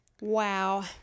Wow